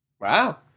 Wow